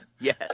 Yes